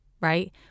right